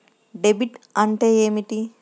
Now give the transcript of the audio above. Debit అంటే ఏమిటి?